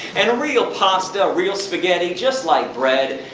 and a real pasta, a real spaghetti, just like bread,